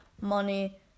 money